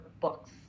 books